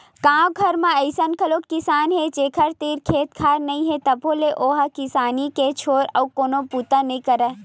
गाँव घर म अइसन घलोक किसान हे जेखर तीर खेत खार नइ हे तभो ले ओ ह किसानी के छोर अउ कोनो बूता नइ करय